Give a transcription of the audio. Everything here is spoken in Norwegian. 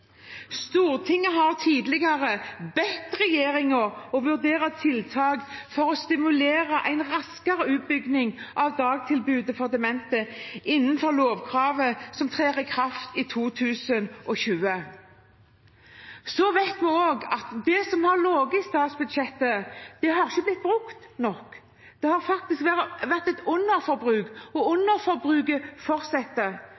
Stortinget har tidligere bedt regjeringen å vurdere tiltak for å stimulere til en raskere utbygging av dagtilbudet til demente, innenfor lovkravet som trer i kraft i 2020. Vi vet også at det som har ligget i statsbudsjettet, ikke har blitt brukt nok. Det har faktisk vært et underforbruk, og